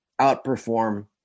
outperform